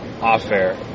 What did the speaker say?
off-air